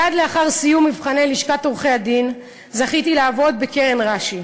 מייד לאחר סיום מבחני לשכת עורכי-הדין זכיתי לעבוד בקרן רש"י,